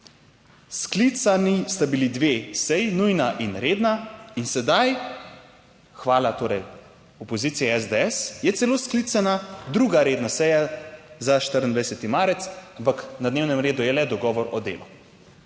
Sklicani sta bili dve seji, nujna in redna in sedaj, hvala torej opoziciji SDS, je celo sklicana druga redna seja za 24. marec, ampak na dnevnem redu je le dogovor o delu.